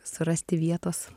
surasti vietos